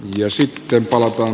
ja sitten palkkojen